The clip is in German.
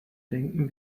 denken